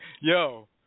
Yo